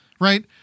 Right